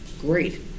Great